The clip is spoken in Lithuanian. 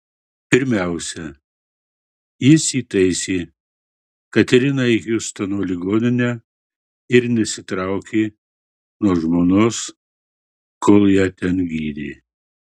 pirmiausia jis įtaisė kateriną į hjustono ligoninę ir nesitraukė nuo žmonos kol ją ten gydė